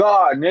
God